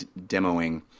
demoing